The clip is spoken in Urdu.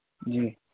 جی